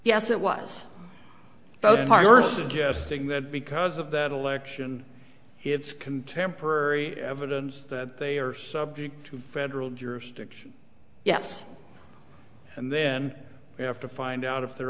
yes it was hard suggesting that because of that election it's contemporary evidence that they are subject to federal jurisdiction yes and then you have to find out if they're